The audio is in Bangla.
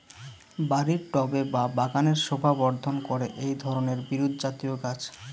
বাড়ির টবে বা বাগানের শোভাবর্ধন করে এই ধরণের বিরুৎজাতীয় গাছ